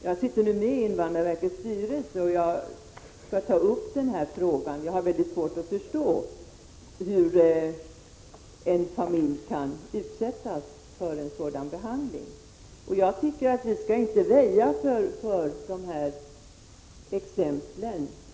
Jag sitter med i invandrarverkets styrelse, och jag skall ta upp frågan. Jag har väldigt svårt att förstå hur en familj kan utsättas för en sådan här behandling. Jag tycker att vi skall inte väja när det gäller de här exemplen.